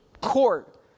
court